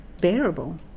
bearable